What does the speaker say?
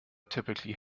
typically